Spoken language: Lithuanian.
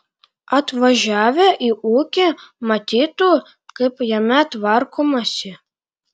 atvažiavę į ūkį matytų kaip jame tvarkomasi